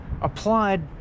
applied